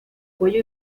cuello